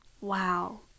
Wow